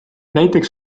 näiteks